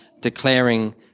declaring